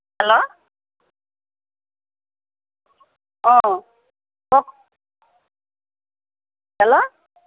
hello অ' কওক hello